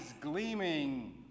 gleaming